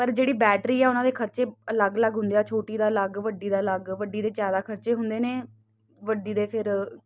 ਪਰ ਜਿਹੜੀ ਬੈਟਰੀ ਆ ਉਹਨਾਂ ਦੀ ਖਰਚੇ ਅਲੱਗ ਅਲੱਗ ਹੁੰਦੇ ਆ ਛੋਟੀ ਦਾ ਅਲੱਗ ਵੱਡੀ ਦਾ ਅਲੱਗ ਵੱਡੀ ਦੇ ਜਿਆਦਾ ਖਰਚੇ ਹੁੰਦੇ ਨੇ ਵੱਡੀ ਦੇ ਫਿਰ